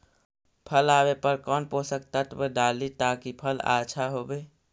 फल आबे पर कौन पोषक तत्ब डाली ताकि फल आछा होबे?